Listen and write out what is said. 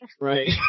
Right